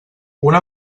una